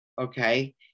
okay